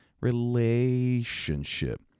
relationship